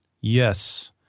Yes